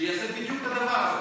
שיעשה בדיוק את הדבר הזה.